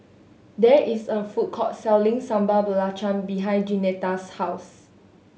there is a food court selling Sambal Belacan behind Jeanetta's house